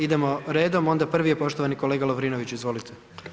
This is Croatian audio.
Idemo redom, onda prvi je poštovani kolega Lovrinović, izvolite.